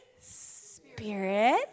spirit